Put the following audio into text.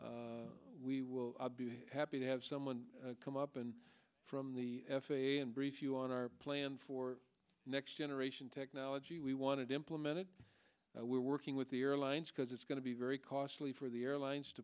mexico we will be happy to have someone come up and from the f a a and brief you on our plans for next generation technology we wanted implemented we're working with the airlines because it's going to be very costly for the airlines to